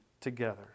together